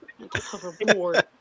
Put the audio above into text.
hoverboard